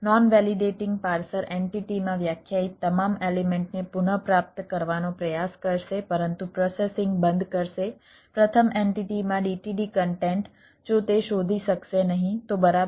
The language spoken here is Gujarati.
નોન વેલિડેટિંગ પાર્સર એન્ટિટીમાં વ્યાખ્યાયિત તમામ એલિમેન્ટને પુનઃપ્રાપ્ત કરવાનો પ્રયાસ કરશે પરંતુ પ્રોસેસિંગ બંધ કરશે પ્રથમ એન્ટિટીમાં DTD કન્ટેન્ટ જો તે શોધી શકશે નહીં તો બરાબર